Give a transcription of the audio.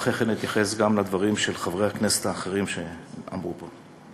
ואחרי כן אתייחס גם לדברים של חברי הכנסת האחרים שנאמרו פה.